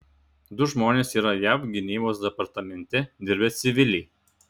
du žmonės yra jav gynybos departamente dirbę civiliai